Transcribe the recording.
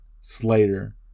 Slater